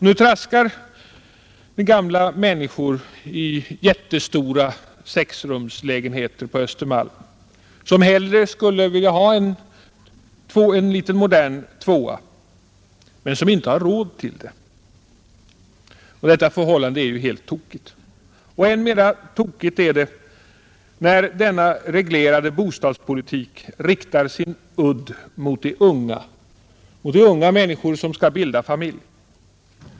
Nu traskar gamla människor omkring i jättestora sexrumslägenheter på Östermalm, fastän de hellre skulle vilja bo i en liten modern tvåa, som de inte har råd med. Detta förhållande är ju helt tokigt. Än mera tokigt är det när denna reglerade bostadspolitik riktar sin udd mot de unga människor som skall bilda familj.